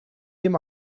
dem